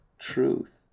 truth